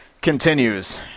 continues